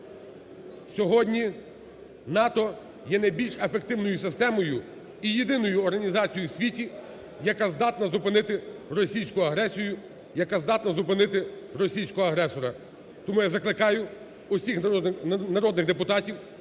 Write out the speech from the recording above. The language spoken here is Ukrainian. Сьогодні НАТО є найбільш ефективною системою і єдиною організацією у світі, яка здатна зупинити російську агресію, яка здатна зупинити російського агресора. Тому я закликаю усіх народних депутатів,